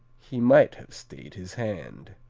he might have stayed his hand.